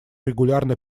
регулярно